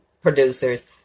producers